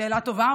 שאלה טובה.